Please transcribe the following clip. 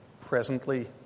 presently